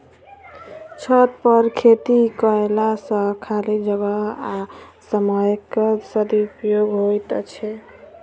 छतपर खेती कयला सॅ खाली जगह आ समयक सदुपयोग होइत छै